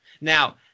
Now